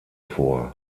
vor